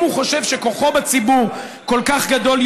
אם הוא חושב שכוחו בציבור כל כך גדול,